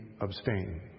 abstain